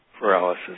paralysis